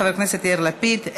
חבר הכנסת יאיר לפיד,